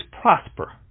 prosper